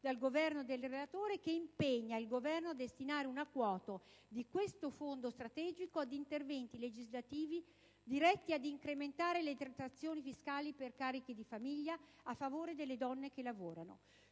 dal Governo e dal relatore, che impegna il Governo a destinare una quota di questo Fondo strategico ad interventi legislativi diretti ad incrementare le detrazioni fiscali per carichi di famiglia a favore delle donne che lavorano.